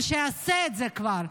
שיעשה את זה כבר.